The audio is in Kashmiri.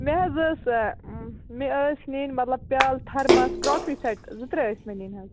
مےٚ حظ ٲس مےٚ ٲسۍ نِنۍ مطلب پیٛالہٕ تھرماس کراکری سیٚٹ زٕ ترٛےٚ ٲسۍ مےٚ نِنۍ حظ